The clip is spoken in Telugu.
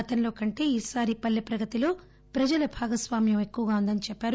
గతంలో కంటే ఈసారి పల్లె ప్రగతిలో ప్రజల భాగస్వామ్యం ఎక్కువగా ఉందని చెప్పారు